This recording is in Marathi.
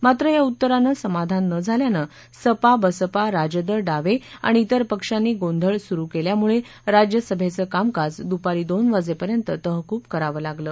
मात्र या उत्तरानं समाधान न झाल्यानं सपा बसपा राजद डावे आणि त्विर पक्षांनी गोंधळ सुरु केल्यामुळे राज्यसभेचं कामकाज दुपारी दोन वाजेपर्यंत तहकूब करावं लागलं